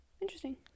Interesting